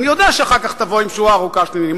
אני יודע שאחר כך תבוא עם שורה ארוכה של עניינים,